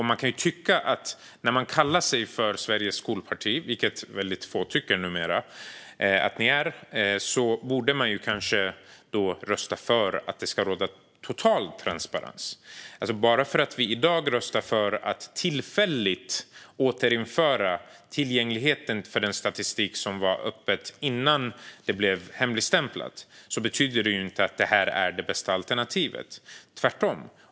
Man kan tycka att när man kallar sig för Sveriges skolparti - vilket få tycker numera - borde man rösta för att det ska råda total transparens. Bara för att vi i dag röstar för att tillfälligt återinföra tillgängligheten till den statistik som var öppen innan den blev hemligstämplad, betyder det inte att detta är det bästa alternativet. Tvärtom!